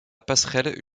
passerelle